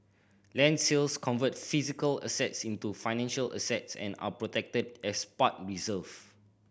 land sales convert physical assets into financial assets and are protected as past reserve